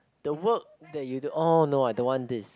the work that you do orh no I don't want this